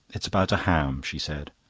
it's about a ham, she said.